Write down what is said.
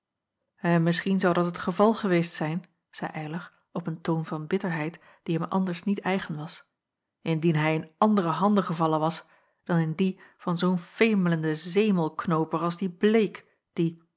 en misschien zou dat het geval geweest zijn zeî eylar op een toon van bitterheid die hem anders niet eigen was indien hij in andere handen gevallen was dan in die van zoo'n femelenden zemelknooper als dien bleek die